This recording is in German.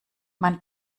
man